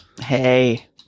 Hey